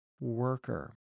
worker